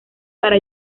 para